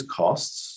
costs